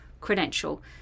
credential